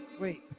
Wait